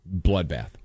bloodbath